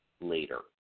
later